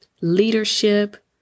leadership